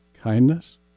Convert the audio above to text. kindness